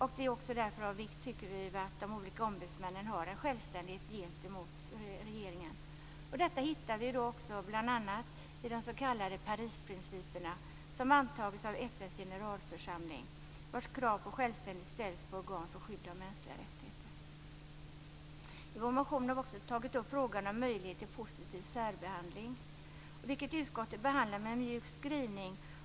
Vi tycker därför att det är av vikt att de olika ombudsmännen har en självständighet gentemot regeringen. Detta återfinns också bl.a. i de s.k. Parisprinciperna, som antagits av FN:s generalförsamling, vars krav på självständighet ställs på organ för skydd av mänskliga rättigheter. I vår motion har vi också tagit upp frågan om möjlighet till positiv särbehandling, vilket utskottet behandlar med en mjuk skrivning.